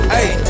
Hey